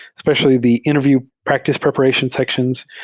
especially the interview practice preparation sections,